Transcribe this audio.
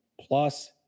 plus